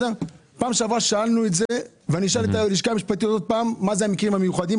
אני אשאל את הלשכה המשפטית שוב מה זה מקרים מיוחדים.